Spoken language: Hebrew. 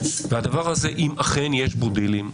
והדבר הזה, אם אכן יש בו דילים,